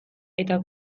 eta